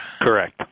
Correct